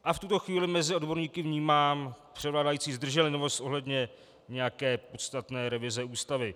A v tuto chvíli mezi odborníky vnímám převládající zdrženlivost ohledně nějaké podstatné revize Ústavy.